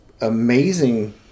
amazing